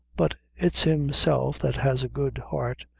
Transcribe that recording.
but it's himself that has a good heart.